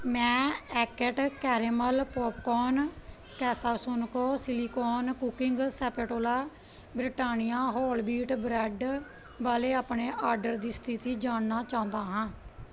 ਮੈਂ act caramel popcorn ਕੈਸਾਸੁਨਕੋ silicone cooking spatula ਅਤੇ ਬ੍ਰਿਟਾਨੀਆ ਹੋਲ ਵੀਟ ਬਰੈਡ ਵਾਲੇ ਆਪਣੇ ਆਡਰ ਦੀ ਸਥਿਤੀ ਜਾਣਨਾ ਚਾਹੁੰਦਾ ਹਾਂ